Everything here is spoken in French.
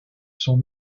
son